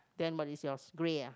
then what is yours grey ah